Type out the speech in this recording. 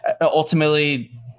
ultimately –